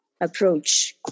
approach